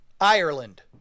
Ireland